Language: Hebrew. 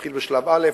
שתתחיל בשלב א',